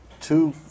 two